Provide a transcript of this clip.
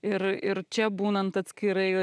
ir ir čia būnant atskirai